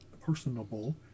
personable